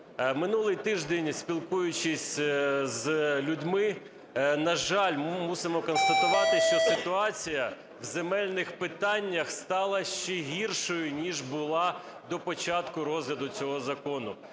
Минулий тиждень, спілкуючись з людьми, на жаль, ми мусимо констатувати, що ситуація в земельних питаннях стала ще гіршою ніж була до початку розгляду цього закону.